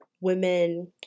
women